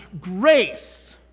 grace